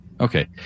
Okay